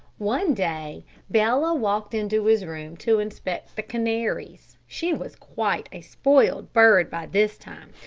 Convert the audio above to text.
one day bella walked into his room to inspect the canaries. she was quite a spoiled bird by this time,